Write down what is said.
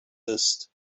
ist